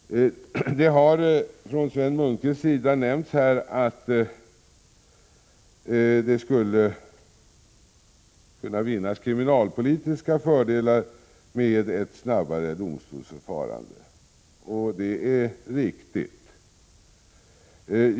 Sven Munke nämnde att kriminalpolitiska fördelar skulle kunna vinnas med ett snabbare domstolsförfarande, och det är riktigt.